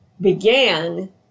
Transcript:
began